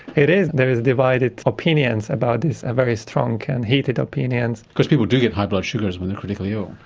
it is, there is divided opinions about this, very strong and heated opinions. because people do get high blood sugars when they are critically ill.